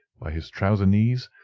by his trouser knees,